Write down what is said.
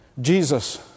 Jesus